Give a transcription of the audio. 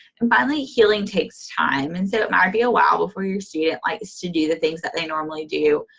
and finally, healing takes time. and so, it might be awhile before your student likes to do the things that they normally do.